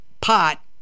pot